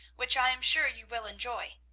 which i am sure you will enjoy.